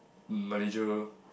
Malaysia